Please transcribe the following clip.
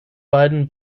beiden